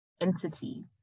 entity